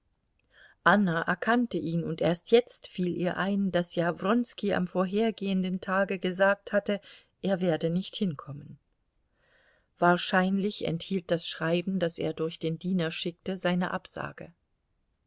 anna erkannte ihn und erst jetzt fiel ihr ein daß ja wronski am vorhergehenden tage gesagt hatte er werde nicht hinkommen wahrscheinlich enthielt das schreiben das er durch den diener schickte seine absage